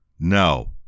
No